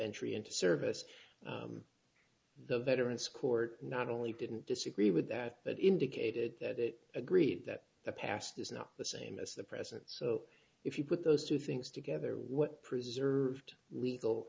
entry into service the veterans court not only didn't disagree with that but indicated that it agreed that the past is not the same as the present so if you put those two things together what preserved legal